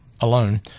alone